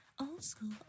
old-school